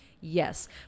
Yes